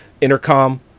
intercom